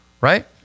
right